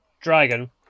dragon